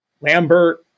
Lambert